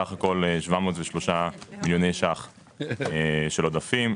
סך הכול 703 מיליוני שקלים של עודפים,